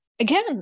again